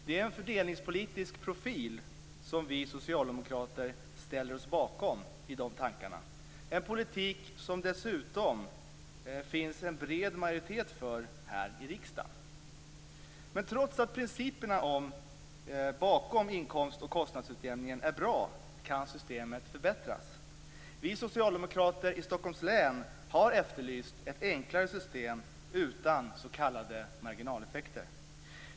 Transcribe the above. Det är en fördelningspolitisk profil som vi socialdemokrater ställer oss bakom i de tankarna - en politik som det dessutom finns en bred majoritet för här i riksdagen. Men trots att principerna bakom inkomst och kostnadsutjämningen är bra kan systemet förbättras. Vi socialdemokrater i Stockholms län har efterlyst ett enklare system utan s.k. marginaleffekter.